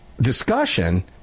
discussion